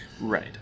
right